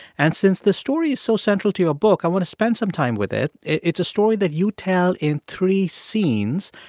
and since the story is so central to your book, i want to spend some time with it. it's a story that you tell in three scenes.